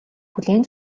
хүлээн